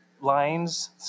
lines